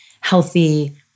healthy